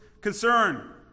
concern